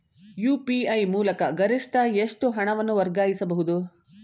UPI ಮೂಲಕ ಗರಿಷ್ಠ ಎಷ್ಟು ಹಣವನ್ನು ವರ್ಗಾಯಿಸಬಹುದು?